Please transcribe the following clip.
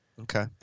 okay